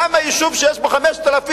למה יישוב שיש בו 5,000,